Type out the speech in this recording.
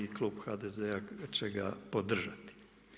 I klub HDZ-a će ga podržati.